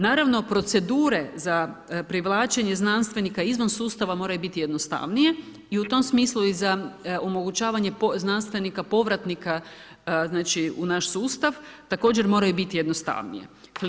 Naravno, procedure za privlačenje znanstvenika izvan sustava moraju biti jednostavnije i u tom smislu i za omogućavanje znanstvenika povratnika u naš sustav, također moraju biti jednostavnije.